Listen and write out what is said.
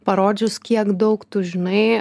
parodžius kiek daug tu žinai